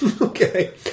Okay